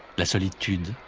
ah solitude,